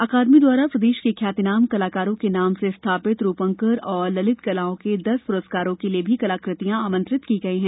अकादमी द्वारा प्रदेश के ख्यातिनाम कलाकारों के नाम से स्थापित रूपंकर एवं ललित कलाओं के दस पुरस्कारों के लिए भी कलाकृतियाँ आमंत्रित की गई हैं